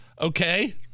Okay